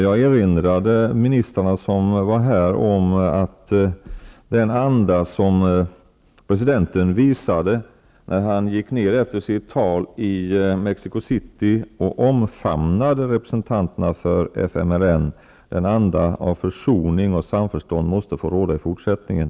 Jag erinrade ministrarna som var i Sverige om den anda som presidenten visade när han efter sitt tal i Mexico City gick ned och omfamnade representanterna för FMLN. Denna anda av försoning och samförstånd måste få råda i fortsättningen.